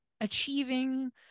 achieving